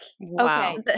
wow